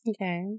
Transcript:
okay